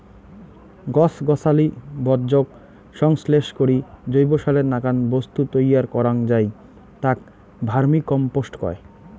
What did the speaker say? গছ গছালি বর্জ্যক সংশ্লেষ করি জৈবসারের নাকান বস্তু তৈয়ার করাং যাই তাক ভার্মিকম্পোস্ট কয়